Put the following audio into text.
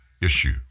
issue